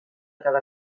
cada